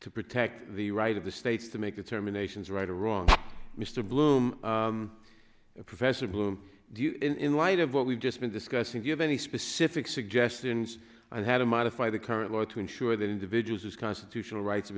to protect the right of the states to make the terminations right or wrong mr bloom professor bloom in light of what we've just been discussing give any specific suggestions on how to modify the current law to ensure that individuals his constitutional rights